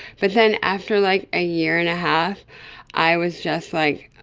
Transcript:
but then after like a year and a half i was just, like,